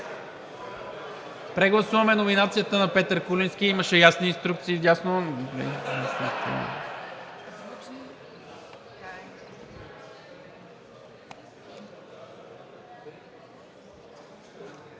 Прегласуваме номинацията на Петър Куленски. Имаше ясни инструкции